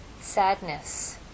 sadness